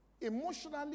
emotionally